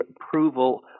approval